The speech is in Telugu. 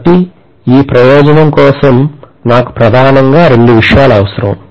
కాబట్టి ఈ ప్రయోజనం కోసం నాకు ప్రధానంగా రెండు విషయాలు అవసరం